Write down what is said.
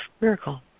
miracle